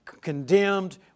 condemned